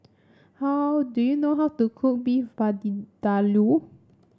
how do you know how to cook Beef